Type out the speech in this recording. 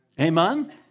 Amen